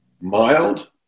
Mild